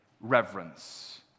reverence